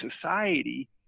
society